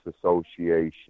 Association